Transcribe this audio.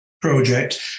project